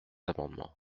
amendements